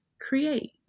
create